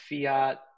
fiat